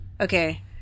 Okay